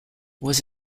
was